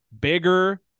bigger